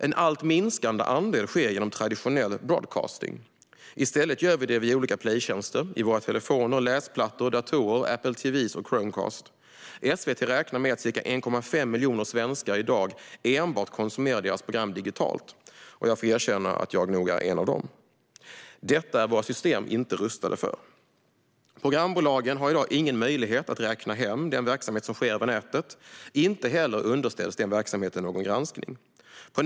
En allt minskande andel sker genom traditionell broadcasting. I stället gör vi det via olika playtjänster i telefoner, läsplattor, datorer, Apple TV och Chromecast. SVT räknar med att ca 1,5 miljoner svenskar i dag enbart konsumerar deras program digitalt. Jag får erkänna att jag är en av dem. Detta är våra system inte utformade för. Programbolagen har i dag ingen möjlighet att räkna hem den verksamhet som sker över nätet; inte heller underställs den verksamheten någon granskning.